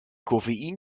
koffein